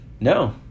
No